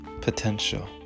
potential